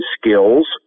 skills